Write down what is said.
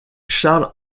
charles